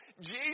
Jesus